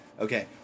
Okay